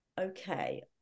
Okay